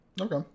okay